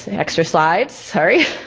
extra slides, sorry.